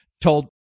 told